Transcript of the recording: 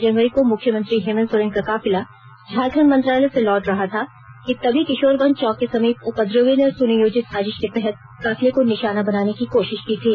जनवरी को मुख्यमंत्री हेमंत सोरेन का काफिला झारखंड मंत्रालय से लौट रहा था तभी किशोरगंज चौक के समीप उपद्रवियों ने सुनियोजित साजिश के तहत काफिले को निशाना बनाने की कोशिश की थी